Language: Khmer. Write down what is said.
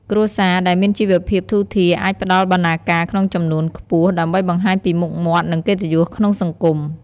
គ្រួសារដែលមានជីវភាពធូរធារអាចផ្តល់បណ្ណាការក្នុងចំនួនខ្ពស់ ដើម្បីបង្ហាញពីមុខមាត់ និងកិត្តិយសក្នុងសង្គម។